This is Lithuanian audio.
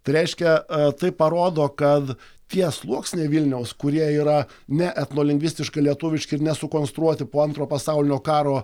tai reiškia tai parodo kad tie sluoksniai vilniaus kurie yra ne etnolingvistiškai lietuviški ir ne sukonstruoti po antro pasaulinio karo